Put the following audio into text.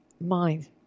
Mind